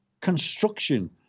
construction